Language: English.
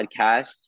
podcast